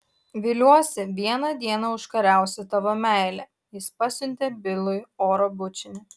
viliuosi vieną dieną užkariausiu tavo meilę jis pasiuntė bilui oro bučinį